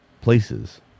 places